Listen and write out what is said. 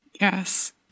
Yes